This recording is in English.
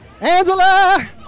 Angela